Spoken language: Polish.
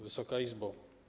Wysoka Izbo!